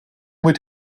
mit